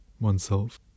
oneself